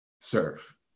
serve